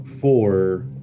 four